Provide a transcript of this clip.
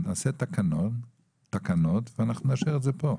נעשה תקנות ואנחנו נאשר את זה פה.